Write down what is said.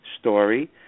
Story